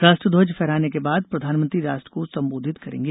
राष्ट्रध्वज फहराने के बाद प्रधानमंत्री राष्ट्र को संबोधित करेंगें